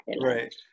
Right